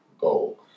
goal